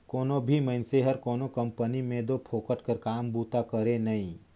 कोनो भी मइनसे हर कोनो कंपनी में दो फोकट कर काम बूता करे नई